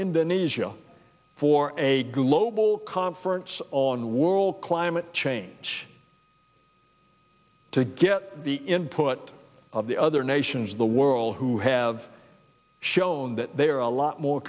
indonesia for a global conference on the world climate change to get the input of the other nations of the world who have shown that they are a lot more